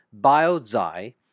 BioZai